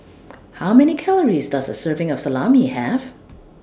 How Many Calories Does A Serving of Salami Have